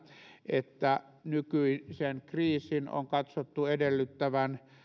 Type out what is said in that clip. että nykyisen kriisin on katsottu edellyttävän